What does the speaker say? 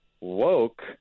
woke